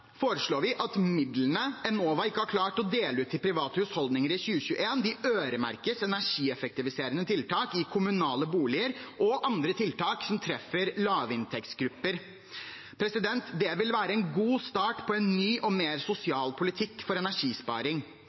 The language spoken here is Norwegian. foreslår vi at midlene Enova ikke har klart å dele ut til private husholdninger i 2021, øremerkes energieffektiviserende tiltak i kommunale boliger og andre tiltak som treffer lavinntektsgrupper. Det vil være en god start på en ny og mer sosial politikk for energisparing.